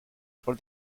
for